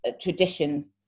tradition